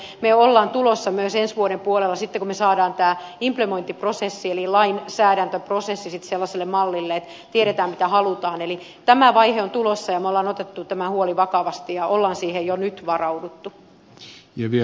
tähän liittyen me olemme tulossa myös ensi vuoden puolella sitten kun me saamme implementointiprosessin eli lainsäädäntöprosessin sellaiselle mallille että tiedetään mitä halutaan eli tämä vaihe on tulossa ja me olemme ottaneet tämän huolen vakavasti ja olemme siihen jo nyt varautuneet